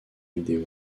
vidéo